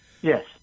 Yes